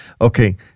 Okay